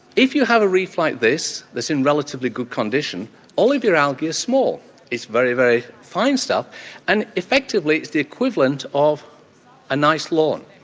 if you have a reef like this that's in relatively good condition all of your algae are small it's very, very fine stuff and effectively it's the equivalent of a nice lawn.